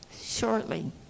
shortly